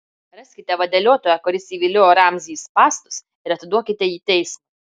raskite vadeliotoją kuris įviliojo ramzį į spąstus ir atiduokite jį teismui